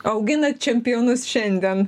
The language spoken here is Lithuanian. auginat čempionus šiandien